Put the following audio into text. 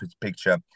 picture